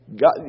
God